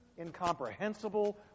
incomprehensible